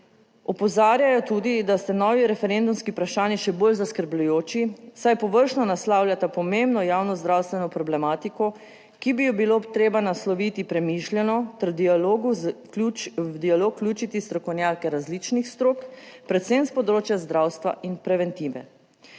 Opozarjajo tudi, da sta novi referendumski vprašanji še bolj zaskrbljujoči, saj površno naslavljata pomembno javno zdravstveno problematiko, ki bi jo bilo treba nasloviti premišljeno ter v dialog vključiti strokovnjake različnih strok, predvsem s področja zdravstva in preventive.